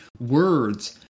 words